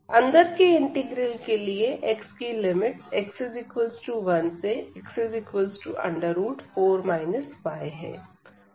अंदर के इंटीग्रल के लिए x की लिमिट्स x1 से x 4 y है